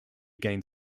gained